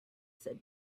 said